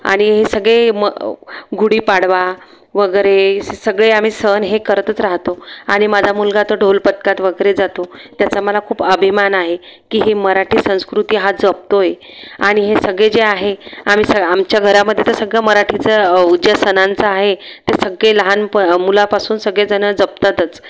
आणि हे सगळे म गुढीपाडवा वगैरे स सगळे आम्ही सण हे करतच राहतो आणि माझा मुलगा तर ढोल पथकात वगैरे जातो त्याचा मला खूप अभिमान आहे की ही मराठी संस्कृती हा जपतो आहे आणि हे सगळे जे आहे आम्ही स आमच्या घरामध्ये तर सगळं मराठीचं उच्चासनाचं आहे ते सगळे लहान प मुलापासून सगळे जणं जपतातच